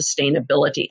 sustainability